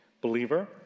believer